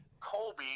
Colby